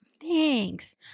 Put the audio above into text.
Thanks